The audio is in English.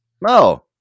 No